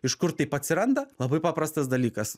iš kur taip atsiranda labai paprastas dalykas